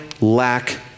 lack